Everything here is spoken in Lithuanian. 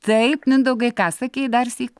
taip mindaugai ką sakei darsyk